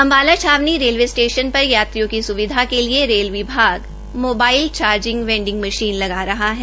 अंबाला छावनी railway station पर यात्रियों की सुविधाके लिए रेल विभाग मोबाइल चारजिंग वेंडिंग मशीन लगा रहा है